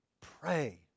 pray